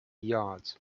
yards